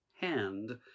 hand